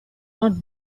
not